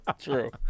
true